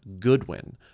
goodwin